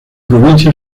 provincia